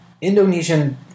Indonesian